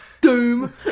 Doom